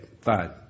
fine